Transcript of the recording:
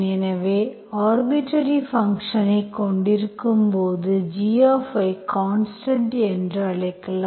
எனவே ஆர்பிட்டர்ரி ஃபங்க்ஷன்ஐக் கொண்டிருக்கும்போது gy கான்ஸ்டன்ட் என்று அழைக்கலாம்